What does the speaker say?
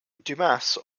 dumas